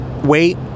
wait